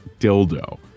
dildo